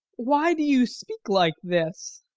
why do you speak like this?